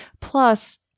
Plus